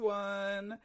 one